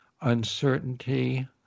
uncertainty